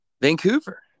Vancouver